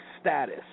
status